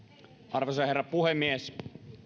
arvoisa herra puhemies